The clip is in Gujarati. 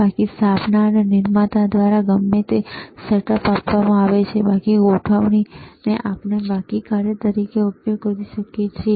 બાકી સ્થાપના એ નિર્માતા દ્વારા ગમે તે સેટઅપ આપવામાં આવે છે બાકી ગોઠવણીનો આપણે બાકી કાર્ય તરીકે ઉપયોગ કરી શકીએ છીએ